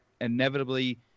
inevitably